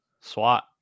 Swat